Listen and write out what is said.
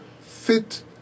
fit